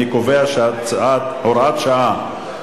אני קובע שהוראת שעה,